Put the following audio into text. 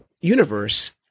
universe